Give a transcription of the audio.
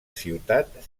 ciutat